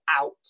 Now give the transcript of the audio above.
out